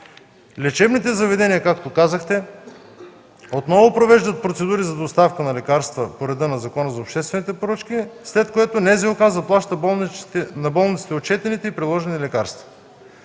Лечебните заведения, както казах, отново провеждат процедури за доставка на лекарства по реда на Закона за обществените поръчки, след което НЗОК заплаща на болниците отчетените и приложени лекарства.